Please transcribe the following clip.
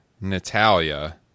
Natalia